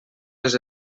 les